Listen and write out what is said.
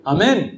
Amen